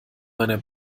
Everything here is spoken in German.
meiner